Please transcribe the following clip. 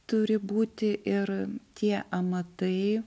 turi būti ir tie amatai